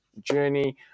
journey